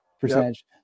percentage